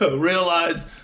Realize